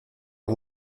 nos